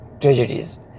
tragedies